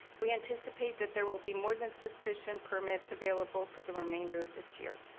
we anticipate that there will be more than sufficient permits available for the remainder of this year.